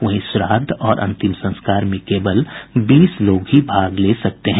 वहीं श्राद्ध और अंतिम संस्कार में केवल बीस लोग ही भाग ले सकते हैं